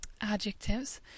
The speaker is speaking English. adjectives